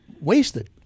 wasted